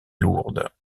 lourde